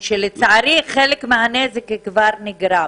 כשלצערי חלק מהנזק כבר נגרם.